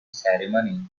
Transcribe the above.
ceremony